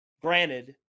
Granted